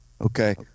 okay